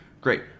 Great